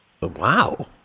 Wow